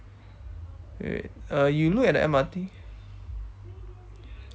wait wait uh you look at the M_R_T